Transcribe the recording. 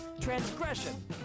transgression